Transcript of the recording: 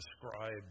describe